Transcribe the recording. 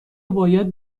باید